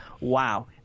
wow